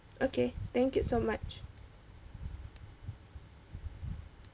okay thank you so much